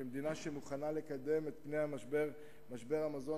כמדינה שמוכנה לקדם את פני משבר המזון